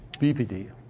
bpd,